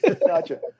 Gotcha